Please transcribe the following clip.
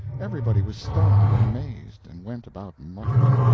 everybody was stunned and amazed, and went about muttering,